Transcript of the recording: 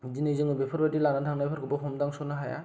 दिनै जोङो बेफोरबायदि लानानै थांनायफोरखौबो हमदांस'नो हाया